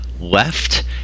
left